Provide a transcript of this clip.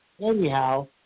Anyhow